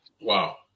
Wow